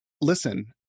Listen